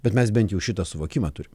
bet mes bent jau šitą suvokimą turim